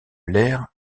l’ère